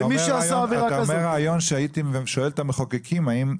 אתה אומר רעיון שהייתי גם שואל את המחוקקים לגביו.